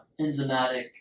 enzymatic